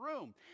room